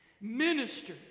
Minister